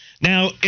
Now